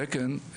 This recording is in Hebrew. בתקן,